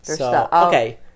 okay